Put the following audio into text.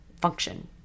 function